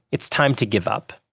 it's time to give up.